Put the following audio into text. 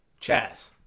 Chaz